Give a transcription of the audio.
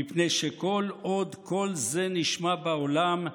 מפני שכל עוד קול זה נשמע בעולם,